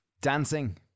Dancing